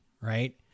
right